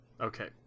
Okay